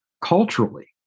Culturally